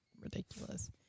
ridiculous